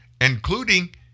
including